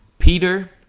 Peter